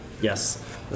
Yes